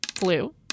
Blue